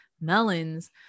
melons